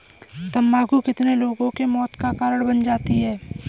तम्बाकू कितने लोगों के मौत का कारण बन जाती है